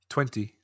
Twenty